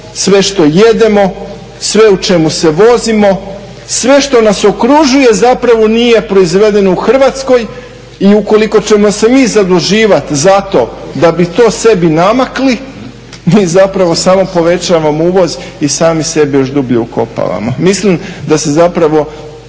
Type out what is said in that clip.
sve što jedemo, sve u čemu se vozimo, sve što nas okružuje zapravo nije proizvedeno u Hrvatskoj. I ukoliko ćemo se mi zaduživati zato da bi to sebi namakli mi zapravo samo povećavamo uvoz i sami sebe još dublje ukopavamo. Mislim da se zapravo